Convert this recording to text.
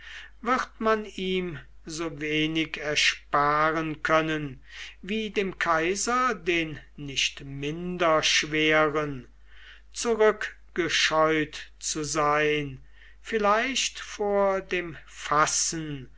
wird man ihm so wenig ersparen können wie dem kaiser den nicht minder schweren zurückgescheut zu sein vielleicht vor dem fassen